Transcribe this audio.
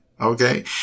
Okay